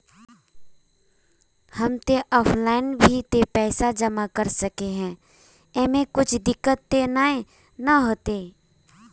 हम ते ऑफलाइन भी ते पैसा जमा कर सके है ऐमे कुछ दिक्कत ते नय न होते?